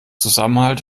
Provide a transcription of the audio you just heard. zusammenhalt